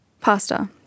Pasta